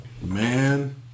Man